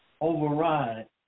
override